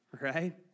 right